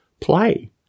play